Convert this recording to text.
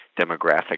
demographic